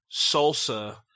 salsa